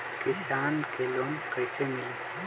किसान के लोन कैसे मिली?